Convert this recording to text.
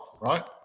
right